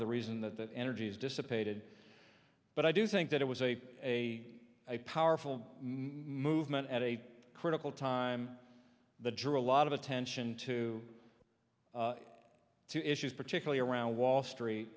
of the reason that that energy has dissipated but i do think that it was a a powerful movement at a critical time the draw a lot of attention to two issues particularly around wall street